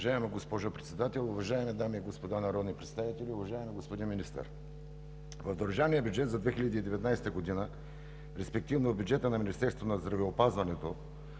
Уважаема госпожо Председател, уважаеми дами и господа народни представители! Уважаеми господин Министър, в държавния бюджет за 2019 г., респективно в бюджета на Министерството на здравеопазването